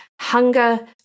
hunger